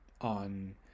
on